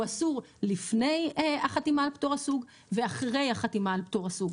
הוא אסור לפני החתימה על פטור הסוג ואחרי החתימה על פטור הסוג.